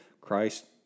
Christ